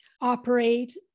operate